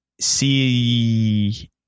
see